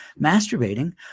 masturbating